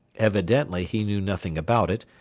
evidently he knew nothing about it,